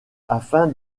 afin